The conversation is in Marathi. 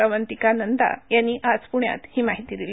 अवंतिका नंदा यांनी आज प्ण्यात ही माहिती दिली